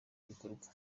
bikorwa